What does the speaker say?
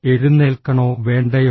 എഴുന്നേൽക്കണോ വേണ്ടയോ